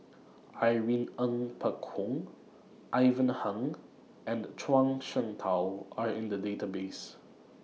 Irene Ng Phek Hoong Ivan Heng and Zhuang Shengtao Are in The Database